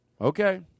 Okay